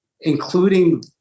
including